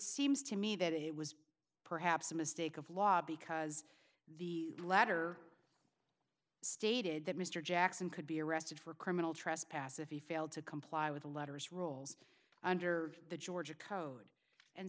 seems to me that it was perhaps a mistake of law because the letter stated that mr jackson could be arrested for criminal trespass if he failed to comply with the letters rules under the georgia code and